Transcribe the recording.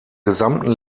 gesamten